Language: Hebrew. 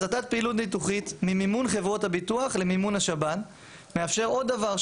הסתת פעילות ניתוחית ממימון חברות הביטוח למימון השב"ן מאפשר עוד דבר,